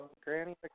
Granny